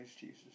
Jesus